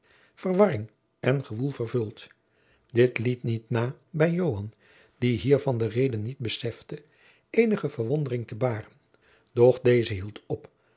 verwarring en gewoel vervuld dit liet niet na bij joan die hiervan de reden niet besefte eenige verwondering te baren doch deze hield op